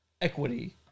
equity